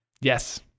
Yes